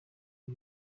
ibi